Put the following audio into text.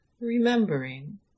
remembering